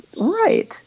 Right